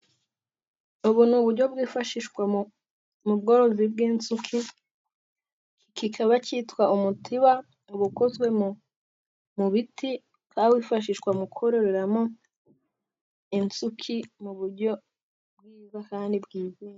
Ubu ni uburyo bwifashishwa mu bworozi bw'inzuki, kikaba cyitwa umutiba. Ubu ukozwe mu biti, ukaba wifashishwa mukororeramo inzuki mu buryo bw'iza kandi bwizewe.